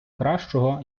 кращого